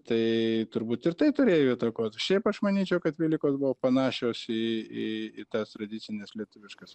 tai turbūt ir tai turėjo įtakot šiaip aš manyčiau kad velykos buvo panašios į į į tas tradicines lietuviškas